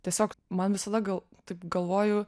tiesiog man visada gal taip galvoju